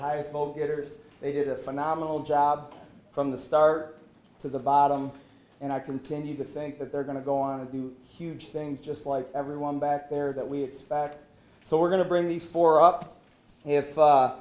highest vote getter so they did a phenomenal job from the start to the bottom and i continue to think that they're going to go on to do huge things just like everyone back there that we expect so we're going to bring these four up